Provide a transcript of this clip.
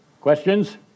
questions